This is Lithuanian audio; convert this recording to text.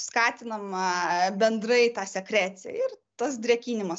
skatinam bendrai tą sekreciją ir tas drėkinimas